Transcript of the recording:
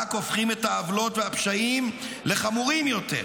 רק הופכים את העוולות והפשעים לחמורים יותר.